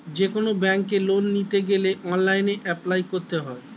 যেকোনো ব্যাঙ্কে লোন নিতে গেলে অনলাইনে অ্যাপ্লাই করতে হয়